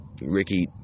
Ricky